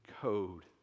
code